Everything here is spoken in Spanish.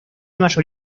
mayor